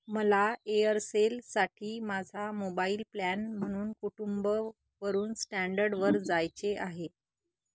मला एअरसेलसाठी माझा मोबाईल प्लॅन म्हणून कुटुंब वरुन स्टँडर्डवर जायचे आहे